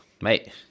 mate